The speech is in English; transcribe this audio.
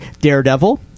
Daredevil